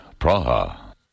Praha